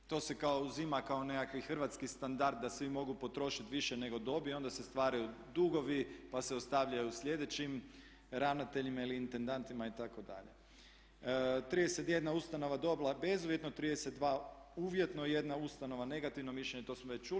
To se kao uzima kao nekakvi hrvatski standard da svi mogu potrošiti više nego dobiju i onda se stvaraju dugovi pa se ostavljaju sljedećim ravnateljima ili intendantima itd. 31 ustanova je dobila bezuvjetno, 32 uvjetno, 1 ustanova negativno mišljenje, to smo već čuli.